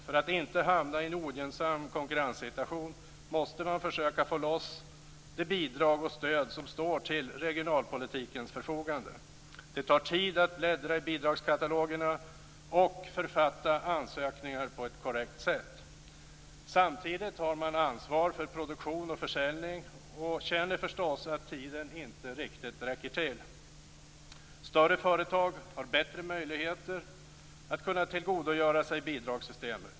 För att inte hamna i en ogynnsam konkurrenssituation måste man försöka få loss de bidrag och stöd som står till regionalpolitikens förfogande. Det tar tid att bläddra i bidragskatalogerna och författa ansökningar på ett korrekt sätt. Samtidigt har man ansvar för produktion och försäljning och känner förstås att tiden inte riktigt räcker till. Större företag har bättre möjligheter att kunna tillgodogöra sig bidragssystemet.